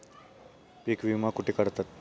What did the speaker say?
पीक विमा कुठे काढतात?